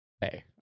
Hey